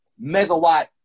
megawatt